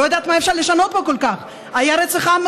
לא יודעת מה אפשר לשנות פה כל כך: היה רצח עם,